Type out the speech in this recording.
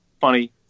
funny